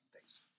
Thanks